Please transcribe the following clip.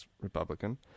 Republican